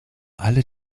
alle